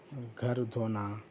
گھر دھونا